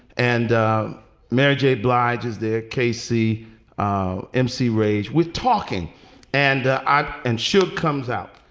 and mary j. blige is there. casey ah m c rage with talking and eyed and shook comes out.